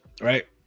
Right